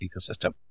ecosystem